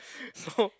so